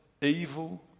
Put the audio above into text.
evil